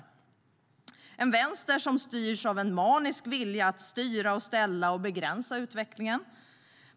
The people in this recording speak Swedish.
Vänstern styrs av en manisk vilja att styra och ställa och begränsa utvecklingen.